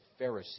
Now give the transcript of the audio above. Pharisee